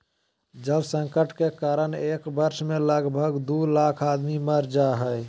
जल संकट के कारण एक वर्ष मे लगभग दू लाख आदमी मर जा हय